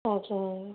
ஓகேங்க மேம்